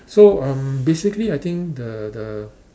so um basically I think the the